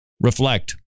Reflect